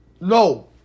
No